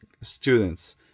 students